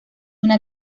una